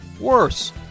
worse